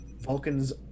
Vulcans